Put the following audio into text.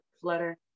flutter